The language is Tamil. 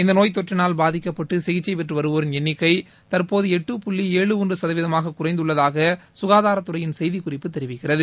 இந்த நோய் தொற்றினால் பாதிக்கப்பட்டு சிகிச்சை பெற்று வருவோரின் எண்ணிக்கை தற்போது எட்டு புள்ளி ஏழு ஒன்று சதவீதமாக குறைந்துள்ளதாக சுகாதாரத்துறையின் செய்திக்குறிப்பு தெரிவிக்கிறது